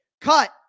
cut